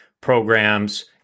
programs